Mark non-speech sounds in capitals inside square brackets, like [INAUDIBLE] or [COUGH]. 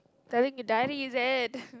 telling your daddy is it [LAUGHS]